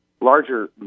larger